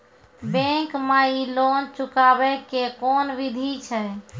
Bank माई loan चुकाबे के कोन बिधि छै?